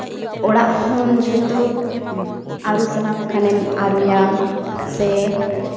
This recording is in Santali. ᱚᱲᱟᱜ ᱦᱚᱸ ᱩᱱ ᱡᱚᱦᱚᱡᱽ ᱫᱚ ᱟᱹᱨᱩ ᱥᱟᱱᱟᱢ ᱠᱷᱟᱱᱮᱢ ᱟᱹᱨᱩᱭᱟ ᱥᱮ